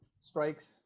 strikes